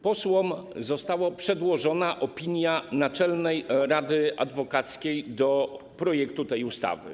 Posłom została przedłożona opinia Naczelnej Rady Adwokackiej o tym projekcie ustawy.